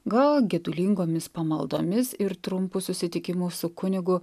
gal gedulingomis pamaldomis ir trumpu susitikimu su kunigu